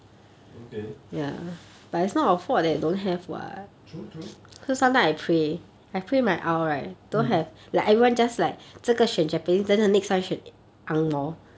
okay true true mm